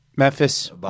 Memphis